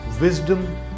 wisdom